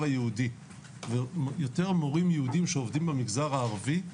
היהודי ויותר מורים יהודים שעובדים במגזר הערבי,